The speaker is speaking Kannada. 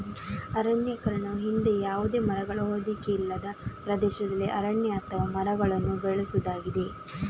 ಅರಣ್ಯೀಕರಣವು ಹಿಂದೆ ಯಾವುದೇ ಮರಗಳ ಹೊದಿಕೆ ಇಲ್ಲದ ಪ್ರದೇಶದಲ್ಲಿ ಅರಣ್ಯ ಅಥವಾ ಮರಗಳನ್ನು ಬೆಳೆಸುವುದಾಗಿದೆ